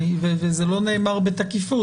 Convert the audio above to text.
זה לא נאמר בתקיפות,